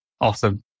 Awesome